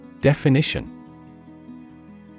Definition